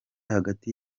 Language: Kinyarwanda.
hagati